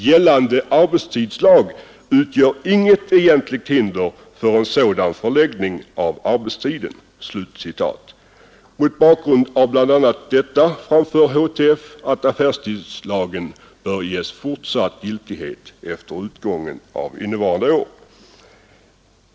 Gällande arbetstidslag utgör inget egentligt hinder för en sådan förläggning av arbetstiden.” i Mot bakgrund av bl.a. detta anser Handelstjänstemannaförbundet att affärstidslagen bör ges fortsatt giltighet även efter utgången av innevarande år.